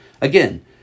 Again